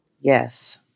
Yes